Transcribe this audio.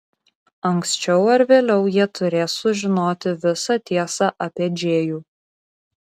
anksčiau ar vėliau jie turės sužinoti visą tiesą apie džėjų